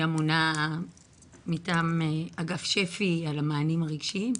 אמונה מטעם אגף שפ"י על המענים הרגשיים.